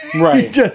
Right